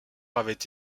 avait